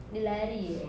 dia lari